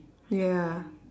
ya